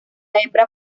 hembra